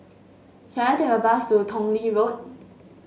can I take a bus to Tong Lee Road